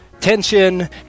tension